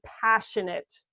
passionate